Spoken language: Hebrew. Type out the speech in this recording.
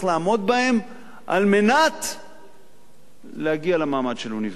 לעמוד בהם כדי להגיע למעמד של אוניברסיטה.